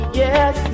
yes